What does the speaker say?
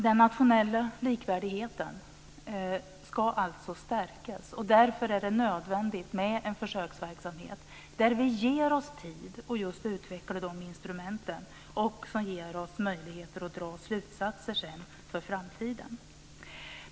Den nationella likvärdigheten ska alltså stärkas, och därför är det nödvändigt med en försöksverksamhet där vi ger oss tid att utveckla instrument som ger oss möjligheter att dra slutsatser för framtiden.